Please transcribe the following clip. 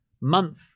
month